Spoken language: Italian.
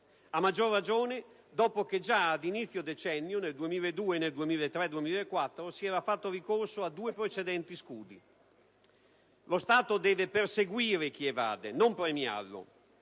a maggior ragione dopo che già ad inizio decennio, fra il 2002 e il 2004, si era fatto ricorso per due volte a scudi. Lo Stato deve perseguire chi evade, non premiarlo: